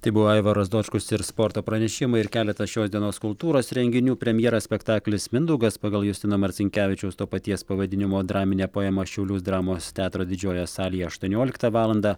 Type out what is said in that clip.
tai buvo aivaras dočkus ir sporto pranešimai ir keletas šios dienos kultūros renginių premjera spektaklis mindaugas pagal justino marcinkevičiaus to paties pavadinimo draminę poemą šiaulių dramos teatro didžiojoje salėje aštuonioliktą valandą